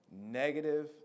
Negative